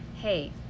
Hey